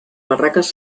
barraques